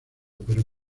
pero